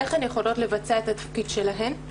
איך הן יכולות לבצע את התפקיד שלהן.